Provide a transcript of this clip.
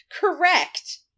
Correct